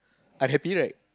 unhappy right